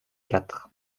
quatre